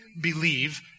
believe